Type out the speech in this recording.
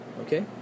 okay